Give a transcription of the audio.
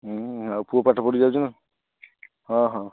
ହୁଁ ଆଉ ପୁଅ ପାଠପଢ଼ି ଯାଉଛି ନା ହଁ ହଁ